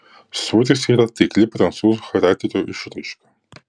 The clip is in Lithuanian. sūris yra taikli prancūzų charakterio išraiška